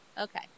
Okay